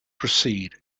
proceed